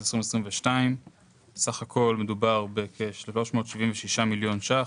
2022. סך הכל מדובר בכ-376 מיליון שקלים,